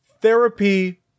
Therapy